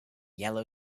yellow